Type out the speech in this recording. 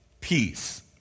peace